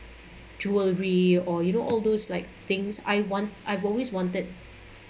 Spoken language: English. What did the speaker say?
jewelry or you know all those like things I want I've always wanted